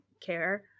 care